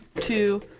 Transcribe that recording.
two